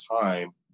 time